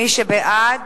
מי שבעד,